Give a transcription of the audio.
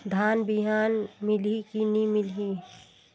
धान बिहान मिलही की नी मिलही?